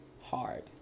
hard